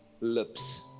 lips